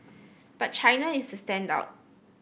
but China is the standout